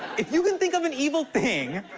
if you can think of an evil thing,